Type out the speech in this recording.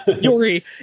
Yori